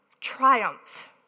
triumph